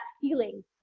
feeling